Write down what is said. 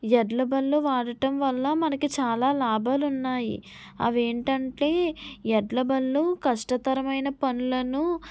ఎడ్ల బళ్ళు వాడటం వల్ల మనకి చాలా లాభాలు ఉన్నాయి అవి ఏంటంటే ఎడ్ల బళ్ళు కష్టతరమైన పనులను